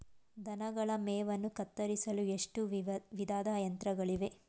ದನಗಳ ಮೇವನ್ನು ಕತ್ತರಿಸಲು ಎಷ್ಟು ವಿಧದ ಯಂತ್ರಗಳಿವೆ?